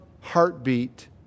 heartbeat